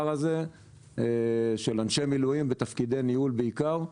הזה של אנשי מילואים בתפקידי ניהול בעיקר,